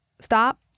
Stop